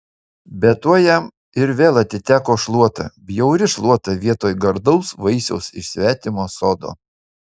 bet tuoj jam ir vėl atiteko šluota bjauri šluota vietoj gardaus vaisiaus iš svetimo sodo